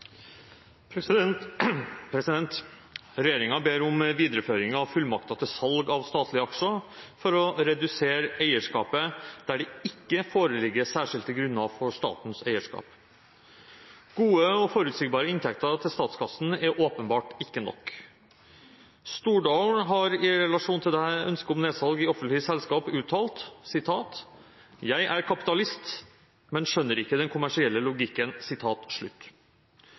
ber om videreføring av fullmakter til salg av statlige aksjer, for å redusere eierskapet «der det ikke foreligger særskilte grunner for statens eierskap». Gode og forutsigbare inntekter til statskassen er åpenbart ikke nok. Stordalen har i relasjon til dette ønsket om nedsalg i offentlig selskap uttalt: «Jeg er kapitalist, men skjønner ikke den kommersielle logikken».